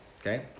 Okay